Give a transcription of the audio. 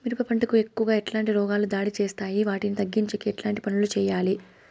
మిరప పంట కు ఎక్కువగా ఎట్లాంటి రోగాలు దాడి చేస్తాయి వాటిని తగ్గించేకి ఎట్లాంటి పనులు చెయ్యాలి?